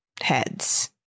heads